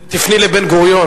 תפני לבן-גוריון.